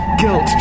Guilt